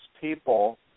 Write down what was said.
people